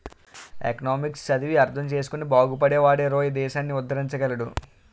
economics చదివి అర్థం చేసుకుని బాగుపడే వాడేరోయ్ దేశాన్ని ఉద్దరించగలడు